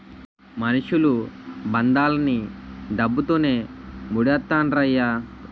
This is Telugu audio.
మనుషులు బంధాలన్నీ డబ్బుతోనే మూడేత్తండ్రయ్య